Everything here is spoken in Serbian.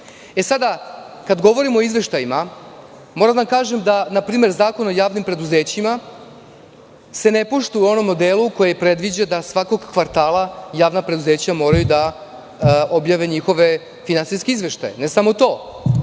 građana. Kada govorimo o izveštajima, moram da vam kažem da se npr. Zakon o javnim preduzećima ne poštuje u onom delu koji predviđa da svakog kvartala javna preduzeća moraju da objave njihove finansijske izveštaje. Ne samo to,